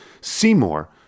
Seymour